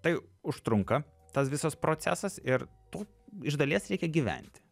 tai užtrunka tas visas procesas ir tuo iš dalies reikia gyventi